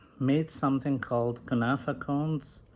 made something called kunafa cones,